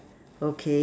okay